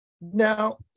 Now